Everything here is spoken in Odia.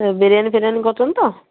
ଏ ବିରିୟାନୀ ଫିରିୟାନୀ କରୁଛନ୍ତି ତ